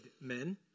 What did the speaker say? men